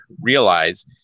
realize